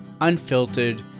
unfiltered